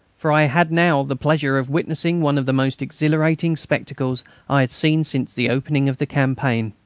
for i had now the pleasure of witnessing one of the most exhilarating spectacles i had seen since the opening of the campaign.